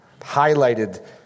highlighted